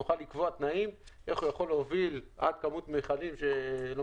נוכל לקבוע תנאים איך הוא יכול להוביל עד כמות מכלים מסוימת.